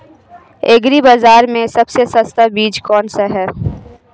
Agree बाज़ार में सबसे सस्ता बीज कौनसा है?